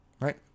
right